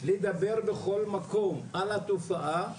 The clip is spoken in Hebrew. לדבר בכל מקום על התופעה -- עלי,